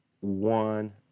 One